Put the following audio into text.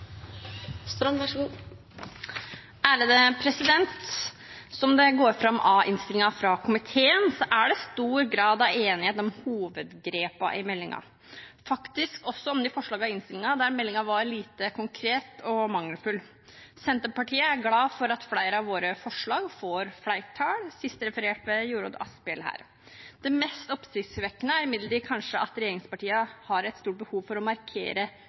det stor grad av enighet om hovedgrepene i meldingen – faktisk også om de forslagene i innstillingen der meldingen var lite konkret og mangelfull. Senterpartiet er glad for at flere av våre forslag får flertall, sist referert ved Jorodd Asphjell her. Det mest oppsiktsvekkende er imidlertid kanskje at regjeringspartiene har et stort behov for å markere